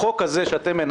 החוק הזה שהנחתם,